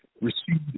received